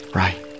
right